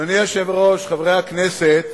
אדוני היושב-ראש, חברי הכנסת,